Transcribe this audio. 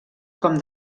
com